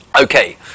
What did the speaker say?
Okay